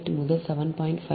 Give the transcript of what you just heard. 8 முதல் 7